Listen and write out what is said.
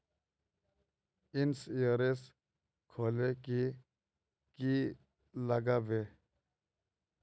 Insurance खोले की की लगाबे?